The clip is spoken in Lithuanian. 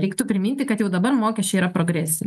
reiktų priminti kad jau dabar mokesčiai yra progresi